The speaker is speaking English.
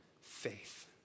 Faith